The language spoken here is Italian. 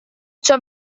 ciò